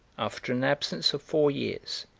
after an absence of four years,